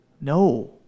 No